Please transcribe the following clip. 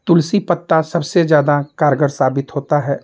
तुलसी पत्ता सबसे ज़्यादा कारगर साबित होता है